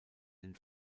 den